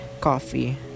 coffee